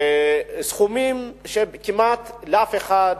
סכומים שכמעט לאף אחד,